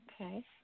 Okay